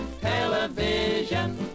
Television